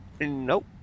Nope